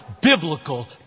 biblical